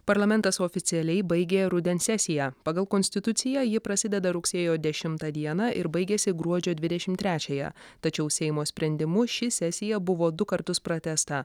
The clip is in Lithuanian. parlamentas oficialiai baigė rudens sesiją pagal konstituciją ji prasideda rugsėjo dešimtą dieną ir baigiasi gruodžio dvidešimt trečiąją tačiau seimo sprendimu ši sesija buvo du kartus pratęsta